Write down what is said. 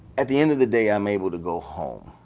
at the end of the day, i'm able to go home.